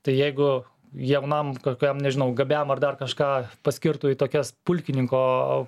tai jeigu jaunam kokiam nežinau gabiam ar dar kažką paskirtų į tokias pulkininko